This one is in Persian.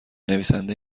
نویسنده